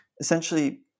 essentially